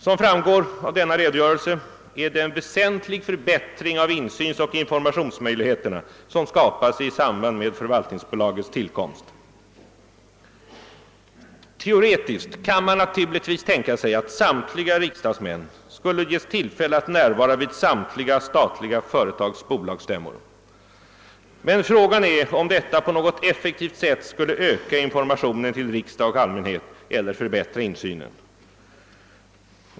Som framgår av denna redogörelse är det en väsentlig förbättring av insynsoch informationsmöjligheterna som skapas i samband med förvaltningsbolagets tillkomst. Teoretiskt kan man naturligtvis tänka sig att samtliga riksdagsmän skulle ges tillfälle att närvara vid samtliga statliga företags bolagsstämmor. Men frågan är om detta på något effektivt sätt skulle öka informationen till riksdag och allmänhet eller förbättra insynen.